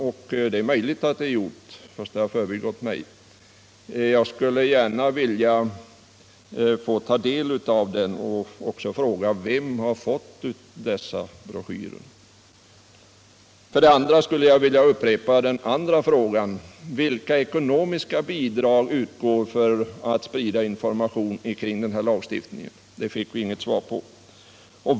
Men det är möjligt att så har skett fastän det har förbigått mig. Jag skulle gärna vilja ta del av broschyrerna och vill också fråga: Vem har fått dessa broschyrer? Sedan vill jag upprepa min andra fråga: Vilka ekonomiska bidrag utgår för att sprida information kring den här lagstiftningen? Den frågan fick jag inget svar på.